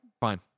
Fine